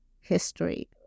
history